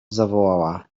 zawołała